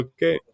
Okay